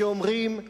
שאומרים: